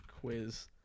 quiz